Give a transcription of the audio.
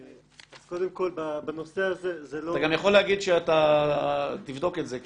אתה גם יכול להגיד שאתה תבדוק את זה,